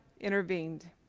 intervened